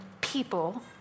people